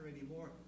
anymore